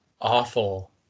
awful